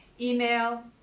Email